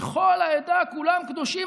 כי כל העדה כולם קדושים,